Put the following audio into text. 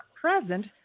present